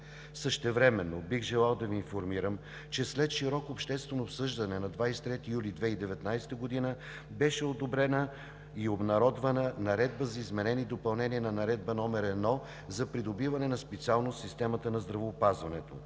Същевременно бих желал да Ви информирам, че след широко обществено обсъждане на 23 юли 2019 г. беше одобрена и обнародвана Наредба за изменение и допълнение на Наредба № 1 за придобиване на специалност в системата на здравеопазването.